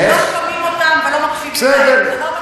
לא שומעים אותם ולא מקשיבים להם.